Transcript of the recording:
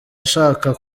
ashaka